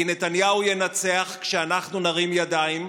כי נתניהו ינצח כשאנחנו נרים ידיים,